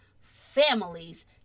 families